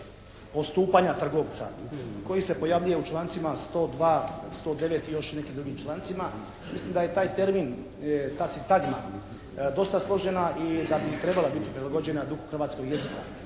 postupanja trgovca koji se pojavljuje u člancima 102., 109. i još nekim drugim člancima. Mislim da je taj termin, ta sintagma dosta složena i da bi trebala biti prilagođena duhu hrvatskog jezika.